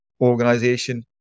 organization